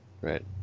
right